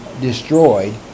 destroyed